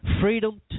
freedom